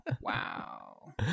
Wow